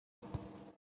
برم